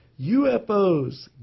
UFOs